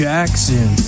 Jackson